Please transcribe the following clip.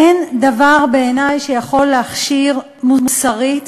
אין בעיני דבר שיכול להכשיר מוסרית